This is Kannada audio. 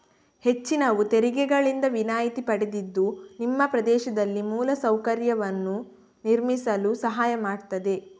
ಹೆಚ್ಚಿನವು ತೆರಿಗೆಗಳಿಂದ ವಿನಾಯಿತಿ ಪಡೆದಿದ್ದು ನಿಮ್ಮ ಪ್ರದೇಶದಲ್ಲಿ ಮೂಲ ಸೌಕರ್ಯವನ್ನು ನಿರ್ಮಿಸಲು ಸಹಾಯ ಮಾಡ್ತದೆ